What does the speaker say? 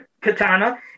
katana